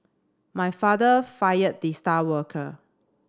my father fired the star worker